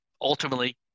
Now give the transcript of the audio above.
ultimately